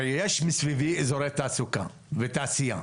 הרי, יש מסביבי אזורי תעסוקה ותעשייה,